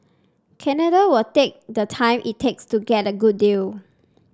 Canada will take the time it takes to get a good deal